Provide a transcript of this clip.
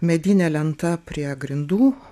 medinė lenta prie grindų